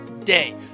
day